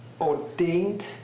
ordained